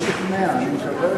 כבוד